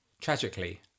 Tragically